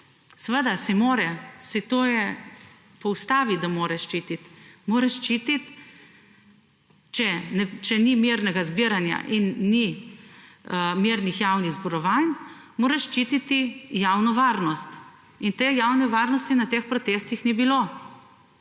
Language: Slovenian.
da mora ščitit. Mora ščititi, če ni mirnega zbiranja in ni mirnih javnih zborovanj, mora ščititi javno varnost in te javne varnosti na teh protestih ni bilo.